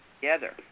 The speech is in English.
together